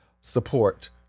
support